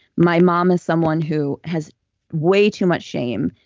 my mom is someone who has way too much shame,